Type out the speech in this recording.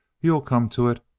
you'll come to it.